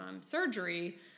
surgery